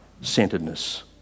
centeredness